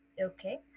Okay